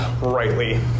rightly